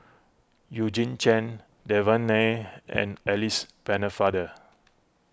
Eugene Chen Devan Nair and Alice Pennefather